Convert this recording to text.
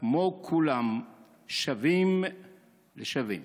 כמו כולם, שווים בין שווים.